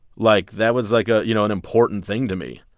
like, that was like a you know, an important thing to me.